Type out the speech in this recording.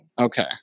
Okay